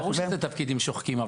ברור שאלה תפקידים שוחקים,